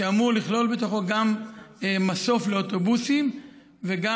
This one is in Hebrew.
שאמור לכלול בתוכו גם מסוף לאוטובוסים וגם,